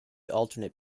alternate